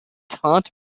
taut